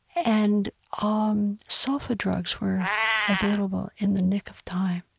and ah um sulfa drugs were available in the nick of time.